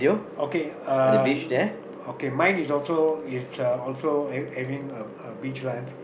okay uh okay mine is also is a also have having a a beach lunch